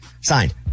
Signed